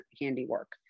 handiwork